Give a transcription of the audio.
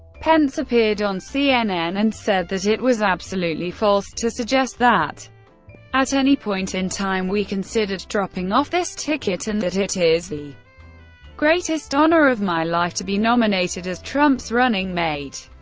pence appeared on cnn and said that it was absolutely false to suggest that at any point in time we considered dropping off this ticket and that it is the greatest honor of my life to be nominated as trump's running mate.